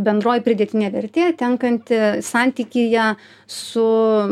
bendroji pridėtinė vertė tenkanti santykyje su